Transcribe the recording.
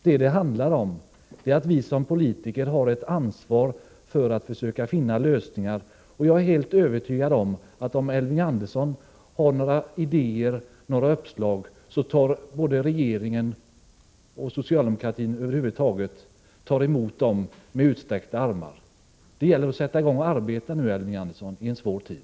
Det handlar om att vi som politiker har ett ansvar för att försöka finna lösningar. Jag är helt övertygad om att om Elving Andersson har några idéer och uppslag, tar både regeringen och socialdemokratin över huvud taget emot dem med utsträckta armar. Det gäller att sätta i gång och arbeta nu i en svår tid, Elving Andersson.